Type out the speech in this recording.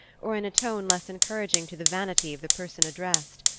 or in a tone less encouraging to the vanity of the person addressed.